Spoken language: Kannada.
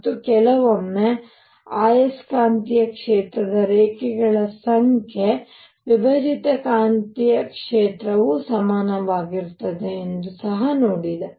ಮತ್ತು ಕೆಲವೊಮ್ಮೆ ಆಯಸ್ಕಾಂತೀಯ ಕ್ಷೇತ್ರದ ರೇಖೆಗಳ ಸಂಖ್ಯೆ ವಿಭಜಿತ ಕಾಂತೀಯ ಕ್ಷೇತ್ರವು ಸಮವಾಗಿರುತ್ತದೆ ಎಂದು ಸಹ ನೋಡಿದೆ